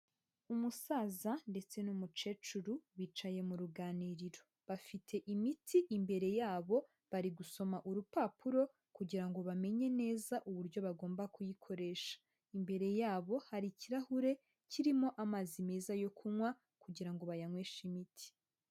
Umusaza ndetse n'umucecuru bicaye mu ruganiriro. Bafite imiti imbere yabo bari gusoma urupapuro kugira ngo bamenye neza uburyo bagomba kuyikoresha. Imbere yabo hari ikirahure kirimo amazi meza yo kunywa kugira ngo ngo bayanyweshe imiti.